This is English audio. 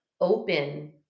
open